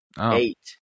eight